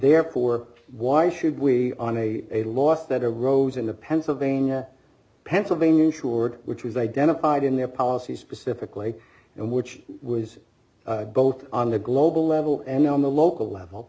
therefore why should we on a loss that arose in the pennsylvania pennsylvania insured which was identified in their policy specifically and which was both on the global level and on the local level